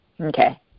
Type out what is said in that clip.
Okay